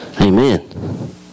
Amen